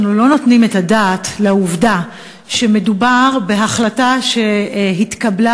אנחנו לא נותנים את הדעת על העובדה שמדובר בהחלטה שהתקבלה,